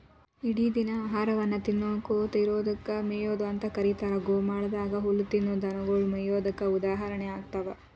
ಇಡಿದಿನ ಆಹಾರವನ್ನ ತಿನ್ನಕೋತ ಇರೋದಕ್ಕ ಮೇಯೊದು ಅಂತ ಕರೇತಾರ, ಗೋಮಾಳದಾಗ ಹುಲ್ಲ ತಿನ್ನೋ ದನಗೊಳು ಮೇಯೋದಕ್ಕ ಉದಾಹರಣೆ ಆಗ್ತಾವ